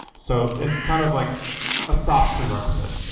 so it's kind of like a soft prerequisite.